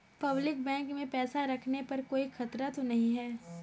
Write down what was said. Public bank में पैसा रखने पर कोई खतरा तो नहीं है?